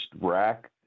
rack